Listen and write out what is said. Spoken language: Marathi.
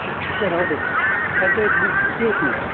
ठीक आहे ना ओके पण ते ऐकू येत नाही